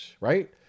right